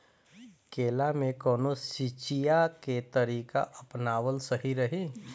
केला में कवन सिचीया के तरिका अपनावल सही रही?